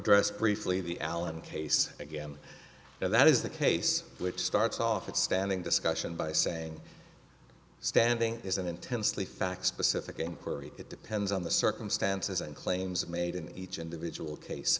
address briefly the allen case again and that is the case which starts off at standing discussion by saying standing is an intensely facts specific game theory it depends on the circumstances and claims made in each individual case